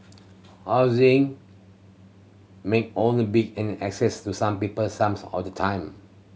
housing may only be an asset to some people some of the time